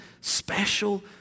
special